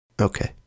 Okay